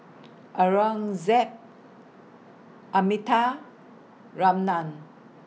Aurangzeb Amitabh Ramnath